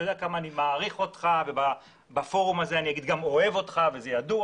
אתה יודע שאני מעריך אותך ואוהב אותך.